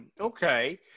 okay